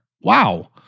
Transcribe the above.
Wow